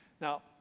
Now